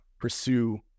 pursue